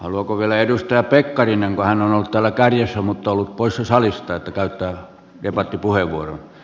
haluaako vielä edustaja pekkarinen kun hän on ollut täällä kärjessä mutta ollut poissa salista käyttää debattipuheenvuoron